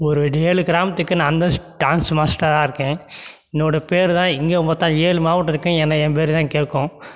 ஒரு ஏழு கிராமத்துக்கு நான் தான் டான்ஸு மாஸ்டராக இருக்கேன் என்னோடய பேர் தான் எங்கே பார்த்தாலும் ஏழு மாவட்டத்துக்கும் என்னை என் பேர்தான் கேட்கும்